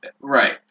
Right